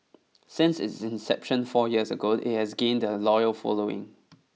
since its inception four years ago it has gained a loyal following